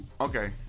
Okay